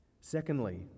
Secondly